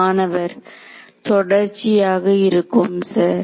மாணவர் தொடர்ச்சியாக இருக்கும் சார்